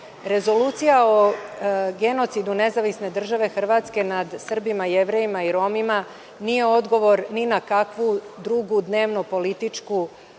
je. Rezolucija o genocidu nezavisne države Hrvatske nad Srbima, Jevrejima i Romima nije odgovor ni na kakvu drugu dnevno –političku